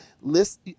list